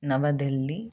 नवदेहली